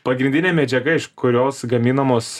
pagrindinė medžiaga iš kurios gaminamos